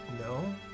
No